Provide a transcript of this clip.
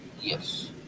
Yes